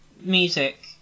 music